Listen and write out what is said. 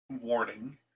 warning